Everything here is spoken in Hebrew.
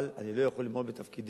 אבל אני לא יכול למעול בתפקידי,